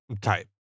type